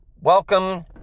Welcome